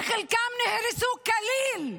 שחלקם נהרסו כליל,